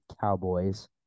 Cowboys